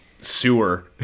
sewer